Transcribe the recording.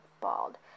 bald